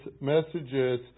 messages